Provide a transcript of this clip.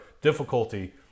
difficulty